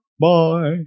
Bye